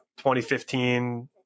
2015